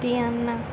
Haryana